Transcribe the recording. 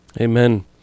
Amen